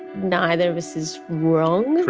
neither of us is wrong,